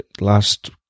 last